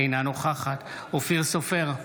אינה נוכחת אופיר סופר,